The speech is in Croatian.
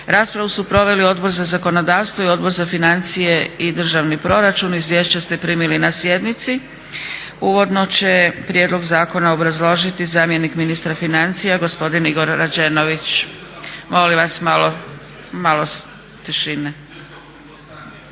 Raspravu su proveli Odbor za zakonodavstvo i Odbor za financije i državni proračun. Izvješća ste primili na sjednici. Uvodno će prijedlog zakona obrazložiti zamjenik ministra financija gospodin Igor Rađenović. Molim vas malo tišine.